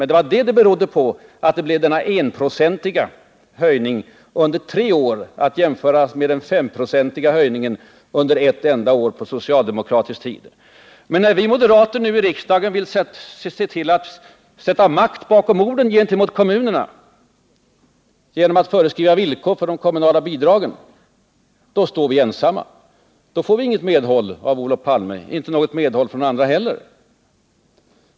Det var emellertid detta som var anledningen till att vi fick en höjning med 1 96 under tre år jämfört När vi moderater här i riksdagen vill sätta makt bakom orden mot kommunerna genom att föreskriva villkor för de kommunala bidragen står vi dock ensamma. Då får vi inget medhåll från Olof Palme och inte heller från några andra.